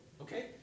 okay